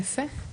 יפה.